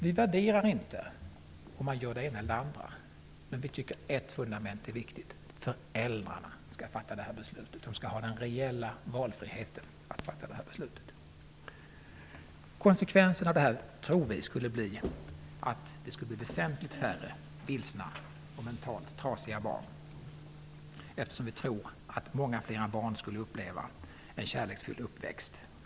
Vi anlägger inga värderingar på det ena eller andra valet, men vi tycker att ett fundament är viktigt: Det är föräldrarna som skall fatta beslutet. De skall ha den reella valfriheten att fatta detta beslut. Vi tror att konsekvensen av detta skulle bli väsentligt färre vilsna och mentalt trasiga barn. Vi tror att många fler barn då skulle få uppleva en kärleksfull uppväxt.